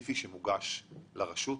ספציפי שמוגש לרשות?